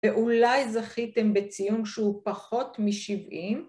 ואולי זכיתם בציון שהוא פחות משבעים?